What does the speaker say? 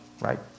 Right